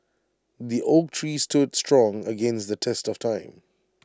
the oak tree stood strong against the test of time